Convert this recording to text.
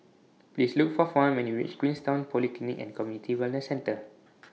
Please Look For Fawn when YOU REACH Queenstown Polyclinic and Community Wellness Centre